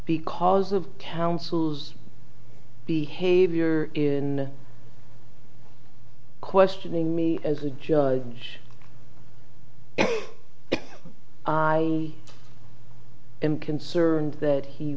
because of counsel's behavior is in questioning me as a judge i am concerned that he